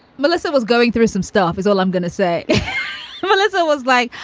melissa was going through some stuff is all i'm going to say melissa was like,